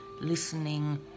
listening